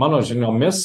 mano žiniomis